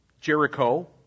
Jericho